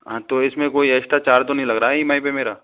हाँ तो इसमें कोई एशट्रा चार्ज तो नहीं लग रहा है ई एम आई पे मेरा